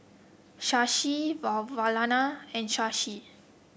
Shashi Vavilala and Shashi